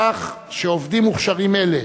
כך שעובדים מוכשרים, אלה